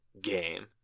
game